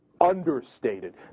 understated